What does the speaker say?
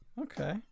Okay